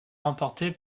remportée